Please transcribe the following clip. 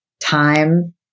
time